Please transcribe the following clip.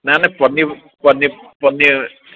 ନାଁ ନାଁ ପନି ପନି ପନିର୍